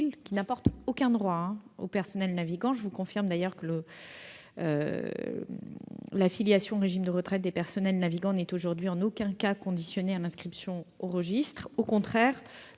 de surcroît aucun droit au personnel navigant. Ainsi, l'affiliation au régime de retraite des personnels navigants n'est aujourd'hui en aucun cas conditionnée à l'inscription au registre.